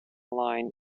line